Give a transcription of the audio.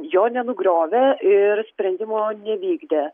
jo nenugriovė ir sprendimo nevykdė